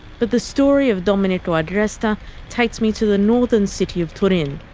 but the story of domenico agresta takes me to the northern city of turin.